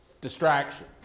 Distraction